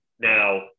Now